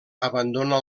abandona